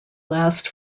last